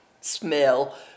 smell